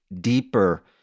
deeper